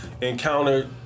encountered